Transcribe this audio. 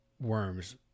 worms